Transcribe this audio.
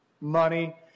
money